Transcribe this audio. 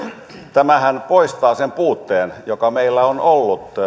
tämähän poistaa sen puutteen joka meillä on ollut